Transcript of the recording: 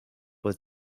was